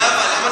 זהבה?